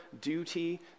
duty